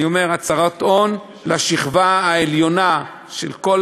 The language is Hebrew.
אני אומר: הצהרת הון לשכבה העליונה של כל